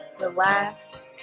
relax